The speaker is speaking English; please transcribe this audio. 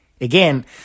Again